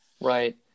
Right